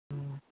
ಹ್ಞೂ